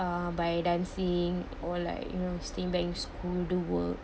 uh by dancing or like you know staying back in school do work